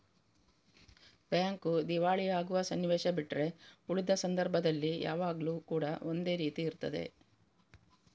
bank ದಿವಾಳಿ ಆಗುವ ಸನ್ನಿವೇಶ ಬಿಟ್ರೆ ಉಳಿದ ಸಂದರ್ಭದಲ್ಲಿ ಯಾವಾಗ್ಲೂ ಕೂಡಾ ಒಂದೇ ರೀತಿ ಇರ್ತದೆ